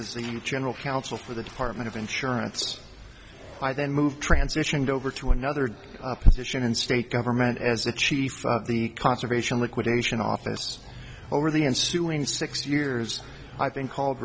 youth general counsel for the department of insurance i then move transitioned over to another position in state government as the chief of the conservation liquidation office over the ensuing six years i've been called